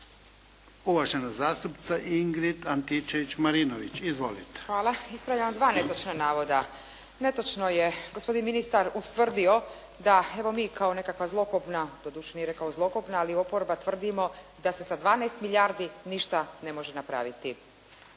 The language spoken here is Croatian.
Izvolite. **Antičević Marinović, Ingrid (SDP)** Hvala. Ispravljam dva netočna navoda. Netočno je gospodin ministar ustvrdio da evo mi kao nekakva zlokobna, doduše nije rekao zlokobna ali oporba tvrdimo da se sa 12 milijardi ništa ne može napraviti.